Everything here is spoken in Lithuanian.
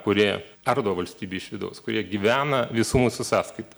kurie ardo valstybę iš vidaus kurie gyvena visų mūsų sąskaita